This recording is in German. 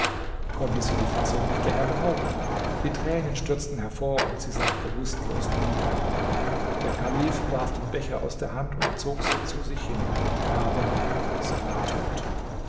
konnte sie die fassung nicht länger behaupten die tränen stürzten hervor und sie sank bewußtlos nieder der kalif warf den becher aus der hand und zog sie zu sich hin aber sie war tot